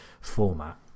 format